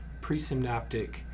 presynaptic